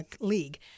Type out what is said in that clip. league